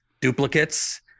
duplicates